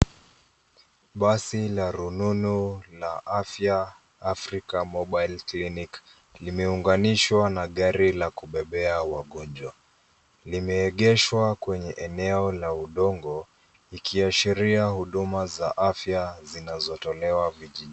Basi la rununu la afya la (cs)africa mobile clinic(cs), limeunganiishwa na gari la kubebea wagonjwa. Limeegeshwa kwenye eneo la udongo ikiashiria huduma za afya zinazotolewa vijijini.